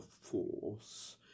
force